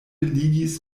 ligis